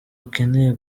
akeneye